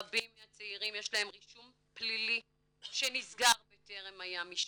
רבים מהצעירים יש להם רישום פלילי שנסגר בטרם היה משפט.